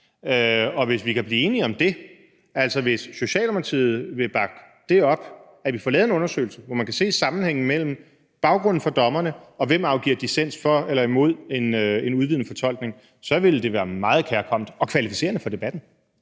Og hvis vi kan blive enige om det, altså, hvis Socialdemokratiet vil bakke det op, at vi får lavet en undersøgelse, hvor man kan se sammenhængen mellem baggrunden for dommerne, og hvem der afgiver dissens for eller imod en udvidende fortolkning, ville det være meget kærkomment og kvalificerende for debatten.